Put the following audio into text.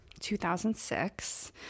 2006